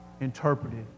interpreted